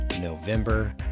November